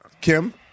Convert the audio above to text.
Kim